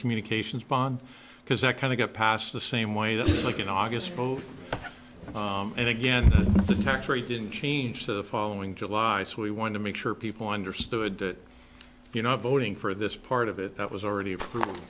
communications bond because that kind of got passed the same way that like in august and again the tax rate didn't change the following july so we wanted to make sure people understood that you know voting for this part of it that was already approv